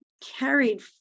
carried